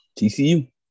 TCU